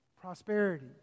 prosperity